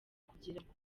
kugirango